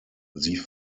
sie